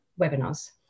webinars